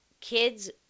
kids